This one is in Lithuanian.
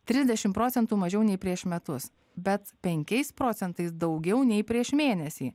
trisdešim procentų mažiau nei prieš metus bet penkiais procentais daugiau nei prieš mėnesį